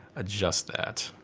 adjust that.